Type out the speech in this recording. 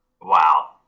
Wow